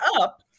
up